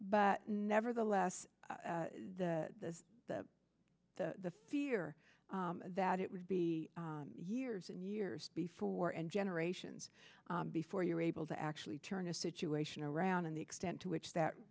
but nevertheless the the the the fear that it would be years and years before and generations before you are able to actually turn a situation around in the extent to which that